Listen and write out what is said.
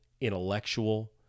intellectual